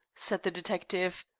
said the detective.